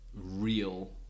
real